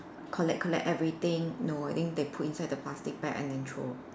collect collect everything no I think they put inside the plastic bag and then throw